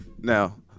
Now